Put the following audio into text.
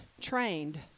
trained